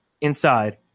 inside